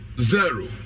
zero